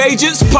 Agents